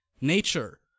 nature